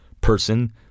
person